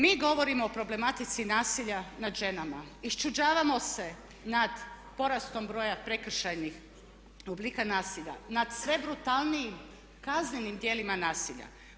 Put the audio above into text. Mi govorimo o problematici nasilja nad ženama, iščuđavamo se nad porastom broja prekršajnih oblika nasilja nad sve brutalnijim kaznenim djelima nasilja.